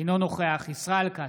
אינו נוכח ישראל כץ,